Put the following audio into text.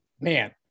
man